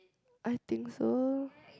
I think so